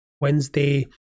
Wednesday